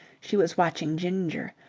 she was watching ginger,